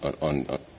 on